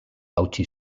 hautsi